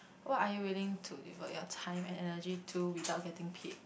what are you willing to devote your time and energy to without getting paid